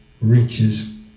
riches